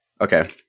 Okay